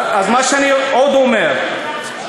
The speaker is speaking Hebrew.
מה שאני עוד אומר,